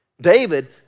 David